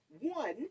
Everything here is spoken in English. One